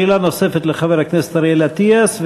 שאלה נוספת לחבר הכנסת אריאל אטיאס.